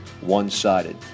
one-sided